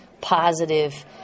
positive